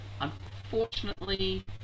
Unfortunately